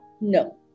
No